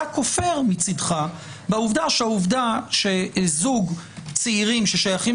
אתה כופר מצדך בעובדה שזוג צעירים ששייכם